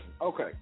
Okay